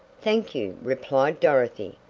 thank you, replied dorothy.